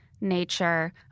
nature